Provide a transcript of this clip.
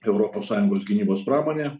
europos sąjungos gynybos pramonė